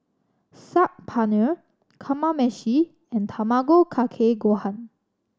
Saag Paneer Kamameshi and Tamago Kake Gohan